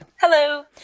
Hello